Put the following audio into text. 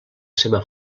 seva